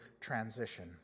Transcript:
transition